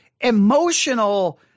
emotional